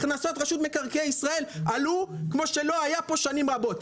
הכנסות רשות מקרקעי ישראל עלו בהיקפים שלא היו פה שנים רבות.